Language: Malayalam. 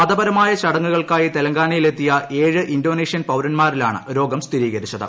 മതപരമായ ചടങ്ങുകൾക്കായി തെലങ്കാനയിലെത്തിയ ഏഴ് ഇൻഡോനേഷ്യൻ പൌരന്മാരിലാണ് രോഗം സ്ഥിരീകരിച്ചത്